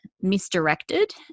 misdirected